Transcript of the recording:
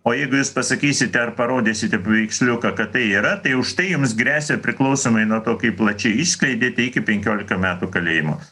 o jeigu jūs pasakysite ar parodysite paveiksliuką kad tai yra tai už tai jums gresia priklausomai nuo to kai plačiai išskleidėte iki penkiolika metų kalėjimo